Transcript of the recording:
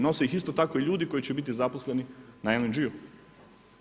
Nose ih isto tako ljudi koji će biti zaposleni na LNG-u.